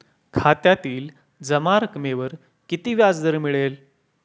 खात्यातील जमा रकमेवर किती व्याजदर मिळेल?